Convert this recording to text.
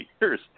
years